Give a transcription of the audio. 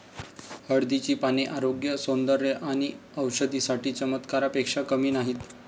हळदीची पाने आरोग्य, सौंदर्य आणि औषधी साठी चमत्कारापेक्षा कमी नाहीत